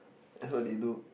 that's what they do